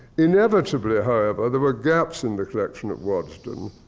inevitably, however, there were gaps in the collection at waddesdon.